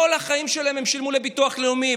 כל החיים שלהם הם שילמו לביטוח לאומי,